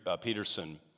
Peterson